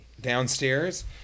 downstairs